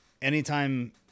Anytime